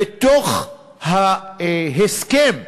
בתוך ההסכם,